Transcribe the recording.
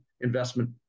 investment